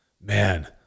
Man